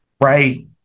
right